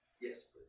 Yes